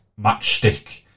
matchstick